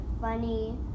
funny